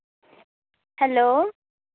hello